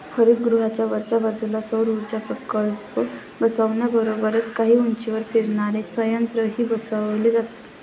हरितगृहाच्या वरच्या बाजूला सौरऊर्जा प्रकल्प बसवण्याबरोबरच काही उंचीवर फिरणारे संयंत्रही बसवले जातात